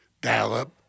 dial-up